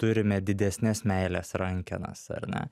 turime didesnes meilės rankenas ar ne